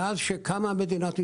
מאז שקמה מדינת ישראל,